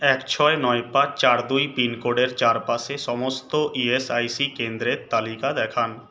এক ছয় নয় পাঁচ চার দুই পিনকোডের চারপাশে সমস্ত ইএসআইসি কেন্দ্রের তালিকা দেখান